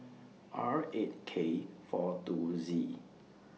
R eight K four two Z